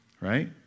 right